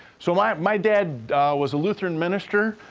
so, my my dad was a lutheran minister.